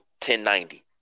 1090